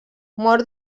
mort